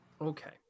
Okay